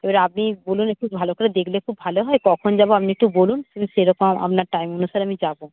এবারে আপনি বলুন একটু ভালো করে দেখলে খুব ভালো হয় কখন যাব আপনি একটু বলুন সেরকম আপনার টাইম অনুসারে আমি যাব